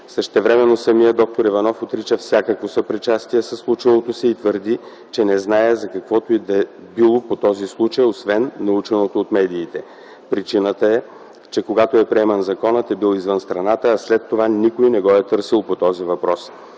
Същевременно самият д-р Иванов отрича всякакво съпричастие със случилото се и твърди, че не знае каквото и да било по този случай, освен наученото от медиите. Причината е, че когато е приеман законът, е бил извън страната, а след това никой не го е търсил по този въпрос.